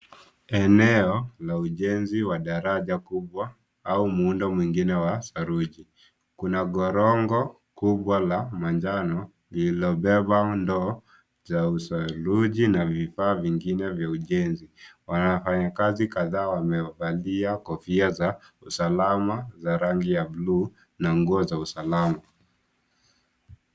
Eneo la ujenzi wa daraja kubwa au muundo mwingine wa saruji. Kuna gorongo kubwa la manjano iliobeba ndoo za usaluji na vifaa vingine vya ujenzi. Wanafanya kazi kama wamevalia kofia za usalama za rangi ya bluu na nguo za usalama.